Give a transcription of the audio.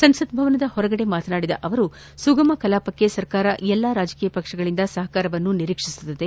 ಸಂಸತ್ ಭವನದ ಹೊರಗೆ ಮಾತನಾಡಿದ ಅವರು ಸುಗಮ ಕಲಾಪಕ್ಕೆ ಸರ್ಕಾರ ಎಲ್ಲ ರಾಜಕೀಯ ಪಕ್ಷಗಳಿಂದ ಸಹಕಾರ ನಿರೀಕ್ಷಿಸುತ್ತದೆ